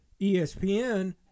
ESPN